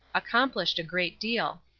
accomplished a great deal.